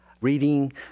reading